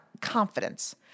confidence